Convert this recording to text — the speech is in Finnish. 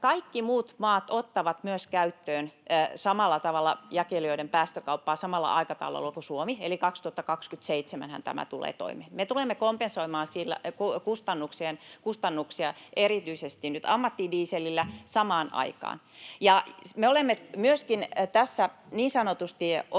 Kaikki muut maat ottavat myös käyttöön jakelijoiden päästökauppaa samalla aikataululla kuin Suomi, eli tämähän tulee toimeen vuonna 2027. Me tulemme kompensoimaan kustannuksia erityisesti nyt ammattidieselillä samaan aikaan. Me olemme myöskin tässä niin sanotusti